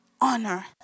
Honor